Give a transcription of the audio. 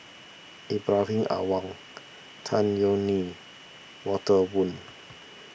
Ibrahim Awang Tan Yeok Nee Walter Woon